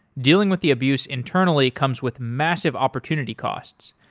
dealing with the abuse internally comes with massive opportunity costs.